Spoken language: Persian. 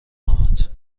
آمد